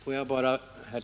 Herr talman!